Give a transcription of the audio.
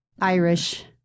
irish